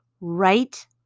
right